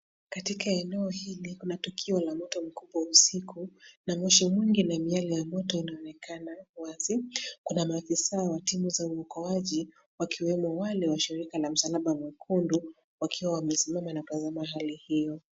Katika eneo hili kuna tukio la moto mkubwa usiku na moshi mwingi na miale ya moto inaonekana wazi. Kuna maafisa wa timu za uokoaji wakiwemo wale wa msalaba mwekundu wakiwa wamesimama na kupambana na hali hiyo.